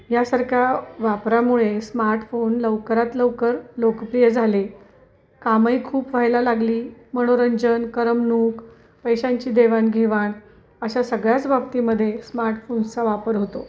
यासारख्या वापरामुळे स्मार्टफोन लवकरात लवकर लोकप्रिय झाले कामही खूप व्हायला लागली मनोरंजन करमणूक पैशांची देवाणघेवाण अशा सगळ्याच बाबतीमध्ये स्मार्टफोन्सचा वापर होतो